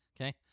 Okay